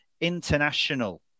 International